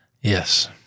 Yes